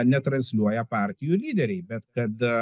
netransliuoja partijų lyderiai bet kad